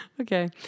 Okay